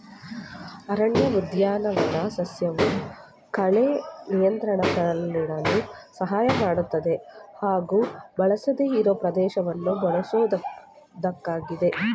ಅರಣ್ಯಉದ್ಯಾನ ಸಸ್ಯವು ಕಳೆ ನಿಯಂತ್ರಣದಲ್ಲಿಡಲು ಸಹಾಯ ಮಾಡ್ತದೆ ಹಾಗೂ ಬಳಸದಿರೋ ಪ್ರದೇಶವನ್ನ ಬಳಸೋದಾಗಿದೆ